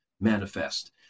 manifest